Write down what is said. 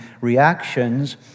reactions